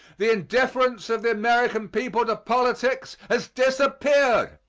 the indifference of the american people to politics has disappeared.